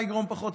מה יגרום פחות,